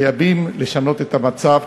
חייבים לשנות את המצב,